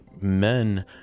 men